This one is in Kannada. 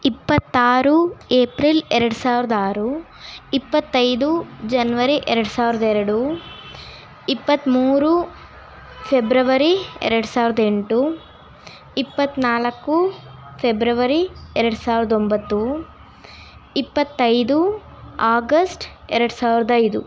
ಇಪ್ಪತ್ತಾರು ಏಪ್ರಿಲ್ ಎರಡು ಸಾವ್ರ್ದ ಆರು ಇಪ್ಪತ್ತೈದು ಜನ್ವರಿ ಎರಡು ಸಾವ್ರ್ದ ಎರಡು ಇಪ್ಪತ್ತ್ಮೂರು ಫೆಬ್ರವರಿ ಎರಡು ಸಾವ್ರ್ದ ಎಂಟು ಇಪ್ಪತ್ತ್ನಾಲ್ಕು ಫೆಬ್ರವರಿ ಎರಡು ಸಾವ್ರ್ದ ಒಂಬತ್ತು ಇಪ್ಪತ್ತೈದು ಆಗಸ್ಟ್ ಎರಡು ಸಾವ್ರ್ದ ಐದು